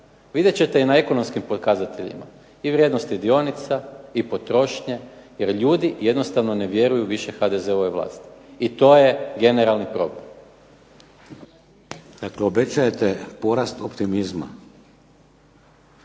Vidjet ćete i na ekonomskim pokazateljima i vrijednosti dionica i potrošnje jer ljudi jednostavno ne vjeruju više HDZ-ovoj vlasti i to je generalni problem. **Šeks, Vladimir (HDZ)** Kad obećajete porast optimizma